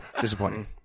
disappointing